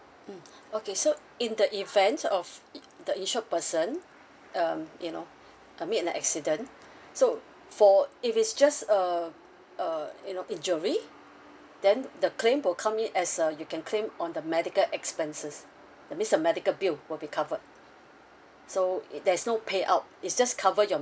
mm okay so in the event of it the insured person um you know I mean in an accident so for if it's just a a you know injury then the claim will come in as a you can claim on the medical expenses that means the medical bill will be covered so it there's no payout it just cover your